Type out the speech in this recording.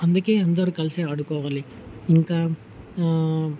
అందుకే అందరూ కలిసి ఆడుకోవాలి ఇంకా